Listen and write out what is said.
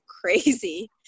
crazy